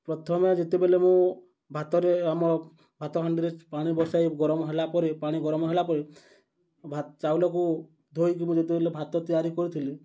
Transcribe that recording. ପ୍ରଥମେ ଯେତେବେଳେ ମୁଁ ଭାତରେ ଆମ ଭାତ ହାଣ୍ଡିରେ ପାଣି ବସାଇ ଗରମ ହେଲା ପରେ ପାଣି ଗରମ ହେଲା ପରେ ଚାଉଳକୁ ଧୋଇକି ମୁଁ ଯେତେବେଳେ ଭାତ ତିଆରି କରିଥିଲି